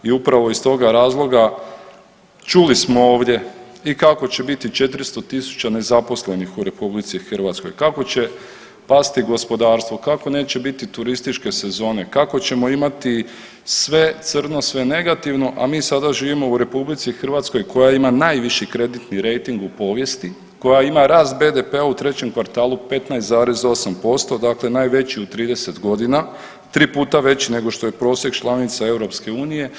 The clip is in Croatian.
I upravo iz toga razloga čuli smo ovdje i kako će biti 400.000 nezaposlenih u RH, kako će pasti gospodarstvo, kako neće biti turističke sezone, kako ćemo imati sve crno, sve negativno, a mi sada živimo u RH koja ima najviši kreditni rejting u povijesti, koja ima rast BDP-a u trećem kvartalu 15,8% dakle najveći u 30 godina, 3 puta veći nego što je prosjek članica EU.